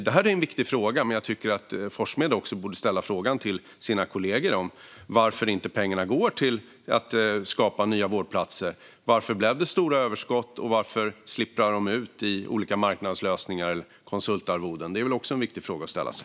Detta är en viktig fråga, men jag tycker att Forssmed också borde fråga sina kollegor: Varför går inte pengarna till att skapa nya vårdplatser? Varför blev det stora överskott? Och varför sipprar pengarna ut till olika marknadslösningar och konsultarvoden? Detta är väl också viktiga frågor att ställa sig.